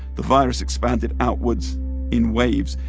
the virus expanded outwards in waves.